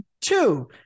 two